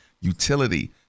utility